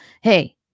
Hey